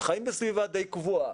הם חיים בסביבה די קבועה.